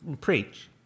preach